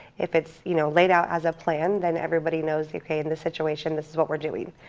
if it's you know laid out as a plan then everybody knows, ok in this situation this is what we're doing.